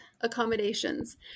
accommodations